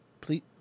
Please